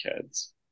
kids